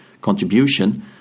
contribution